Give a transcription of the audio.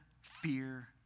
fear